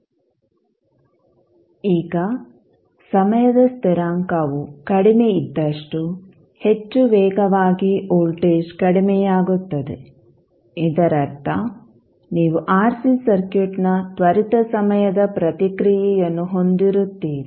ಈಗ ಸಮಯದ ಸ್ಥಿರಾಂಕವು ಕಡಿಮೆ ಇದ್ದಷ್ಟು ಹೆಚ್ಚು ವೇಗವಾಗಿ ವೋಲ್ಟೇಜ್ ಕಡಿಮೆಯಾಗುತ್ತದೆ ಇದರರ್ಥ ನೀವು ಆರ್ಸಿ ಸರ್ಕ್ಯೂಟ್ನ ತ್ವರಿತ ಸಮಯದ ಪ್ರತಿಕ್ರಿಯೆಯನ್ನು ಹೊಂದಿರುತ್ತೀರಿ